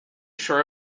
sure